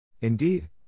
Indeed